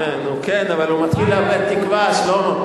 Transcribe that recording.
כן, אבל הוא מתחיל לאבד תקווה, שלמה.